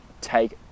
take